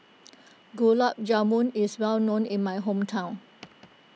Gulab Jamun is well known in my hometown